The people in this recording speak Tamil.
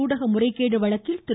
ஊடக முறைகேடு வழக்கில் திரு